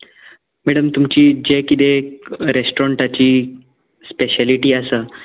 madam तुमची जें कितें रेस्टोरंटाची स्पेशेलिटी आसा